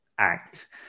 Act